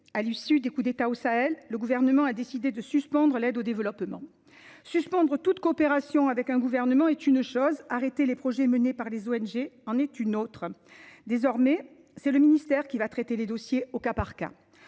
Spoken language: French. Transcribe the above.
À l’issue des coups d’État au Sahel, le Gouvernement a décidé de suspendre l’aide au développement. Suspendre toute coopération avec un gouvernement est une chose, arrêter les projets menés par les ONG en est une autre ! Désormais, le ministère veut traiter les dossiers « au cas par cas